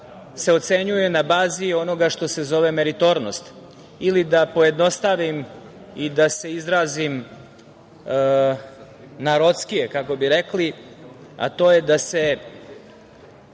se ocenjuje na bazi onoga što se zove meritornost ili da pojednostavim i da se izrazim narodskije, kako bi rekli, a to je da se,